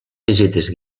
visites